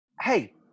Hey